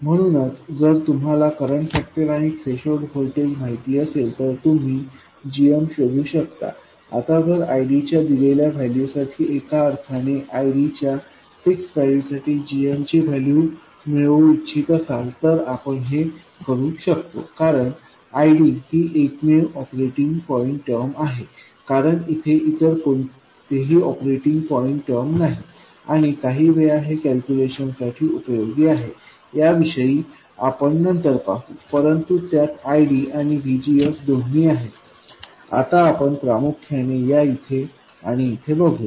म्हणूनच जर तुम्हाला करंट फॅक्टर आणि थ्रेशोल्ड व्होल्टेज माहित असेल तर तुम्ही gm शोधू शकता आता जर IDच्या दिलेल्या वैल्यू साठी एका अर्थाने IDच्या फिक्स वैल्यू साठी gmची वैल्यू मिळवू इच्छित असाल तर आपण हे करू शकतो कारण ID ही एकमेव ऑपरेटिंग पॉईंट टर्म आहे कारण येथे इतर कोणतेही ऑपरेटिंग पॉईंट टर्म नाही आणि काही वेळा हे कॅल्क्युलेशन साठी उपयोगी आहे याविषयी आपण नंतर पाहू परंतु त्यात IDआणि VGS दोन्ही आहेत आता आपण प्रामुख्याने या इथे आणि इथे बघूया